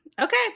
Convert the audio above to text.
Okay